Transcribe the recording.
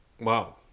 Wow